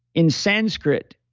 in sanskrit,